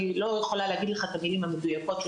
אני לא יכולה להגיד לך את המילים המדויקות שהוא